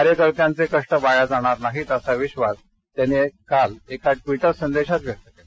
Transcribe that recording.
कार्यकर्त्यांचे कष्ट वाया जाणार नाहीत असा विश्वास त्यांनी काल एका ट्वीटर संदेशात व्यक्त केला